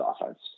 offense